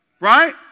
Right